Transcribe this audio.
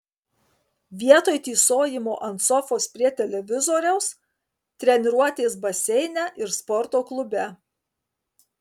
vietoj tysojimo ant sofos prie televizoriaus treniruotės baseine ir sporto klube